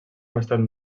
bastant